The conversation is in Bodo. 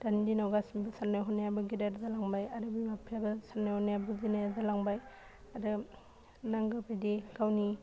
दानि दिनाव गासिबनिबो सान्नाय हनायाबो गेदेद जालांबाय आरो बिमा बिफायाबो सान्नाय हनाया बिदिनो जालांबाय आरो नांगौ बायदि गावनि